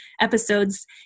episodes